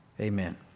Amen